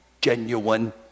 genuine